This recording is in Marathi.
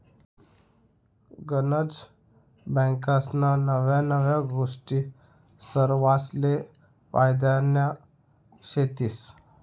गनज बँकास्ना नव्या नव्या गोष्टी सरवासले फायद्यान्या शेतीस